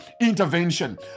intervention